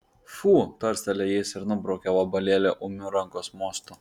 fu tarsteli jis ir nubraukia vabalėlį ūmiu rankos mostu